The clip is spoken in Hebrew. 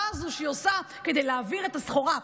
הזו שהיא עושה כדי להעביר את הסחורה.